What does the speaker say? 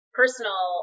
personal